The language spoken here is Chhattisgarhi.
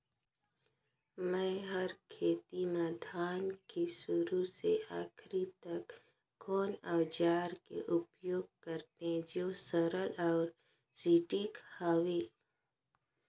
मै हर खेती म धान के शुरू से आखिरी तक कोन औजार के उपयोग करते जो सरल अउ सटीक हवे?